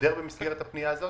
הסתדר במסגרת הפנייה הזאת?